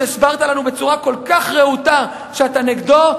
שהסברת לנו בצורה כל כך רהוטה שאתה נגדו,